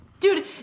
Dude